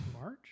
March